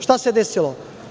Šta se desilo?